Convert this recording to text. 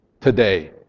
today